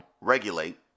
Regulate